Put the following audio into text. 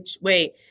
Wait